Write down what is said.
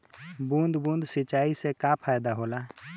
बूंद बूंद सिंचाई से का फायदा होला?